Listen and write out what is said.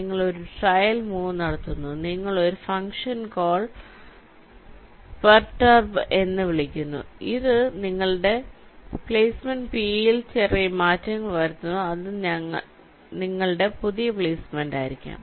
നിങ്ങൾ ഒരു trial move നടത്തുന്നു നിങ്ങൾ ഒരു ഫംഗ്ഷൻ കോൾ പെർടർബ് എന്ന് വിളിക്കുന്നു ഇത് നിങ്ങളുടെ പ്ലേസ്മെന്റ് പിയിൽ ചെറിയ മാറ്റങ്ങൾ വരുത്തുന്നു അത് നിങ്ങളുടെ പുതിയ പ്ലേസ്മെന്റായിരിക്കും